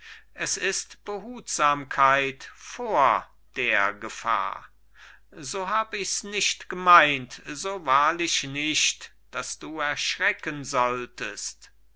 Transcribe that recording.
es ist behutsamkeit vor der gefahr so hab ichs nicht gemeint so wahrlich nicht daß du erschrecken solltest